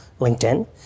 linkedin